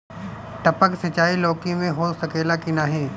टपक सिंचाई लौकी में हो सकेला की नाही?